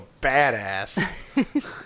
badass